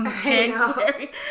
January